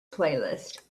playlist